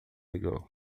ligou